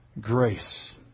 grace